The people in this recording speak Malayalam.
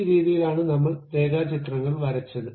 ഈ രീതിയിലായാണ് നമ്മൾ രേഖാചിത്രങ്ങൾ വരച്ചത്